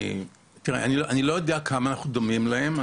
תראה, אני לא יודע כמה אנחנו דומים להם.